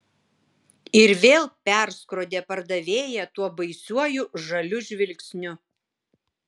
ir vėl perskrodė pardavėją tuo baisiuoju žaliu žvilgsniu